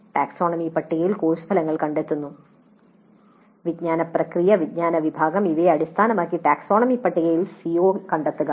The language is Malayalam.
ടാക്സോണമി പട്ടികയിൽ കോഴ്സ് ഫലങ്ങൾ കണ്ടെത്തുന്നു വിജ്ഞാന പ്രക്രിയ വിജ്ഞാന വിഭാഗം ഇവയെ അടിസ്ഥാനമാക്കി ടാക്സോണമി പട്ടികയിൽ സിഒ കണ്ടെത്തുക